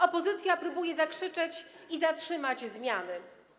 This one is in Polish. Opozycja próbuje zakrzyczeć i zatrzymać zmiany.